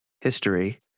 history